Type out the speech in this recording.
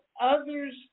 others